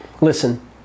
Listen